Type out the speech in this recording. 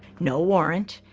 no warrant,